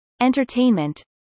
entertainment